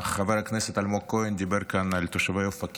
חבר הכנסת אלמוג כהן דיבר כאן על תושבי אופקים,